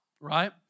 right